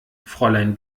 fräulein